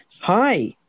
Hi